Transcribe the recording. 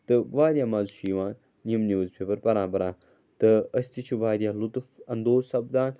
تہٕ واریاہ مَزٕ چھُ یِوان یِم نِوٕز پیپَر پَران پَران تہٕ أسۍ تہِ چھِ واریاہ لُطُف انٛدوز سَپدان